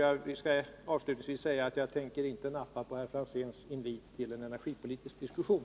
Jag vill avslutningsvis säga att jag inte tänker nappa på herr Franzéns invit till en energipolitisk diskussion.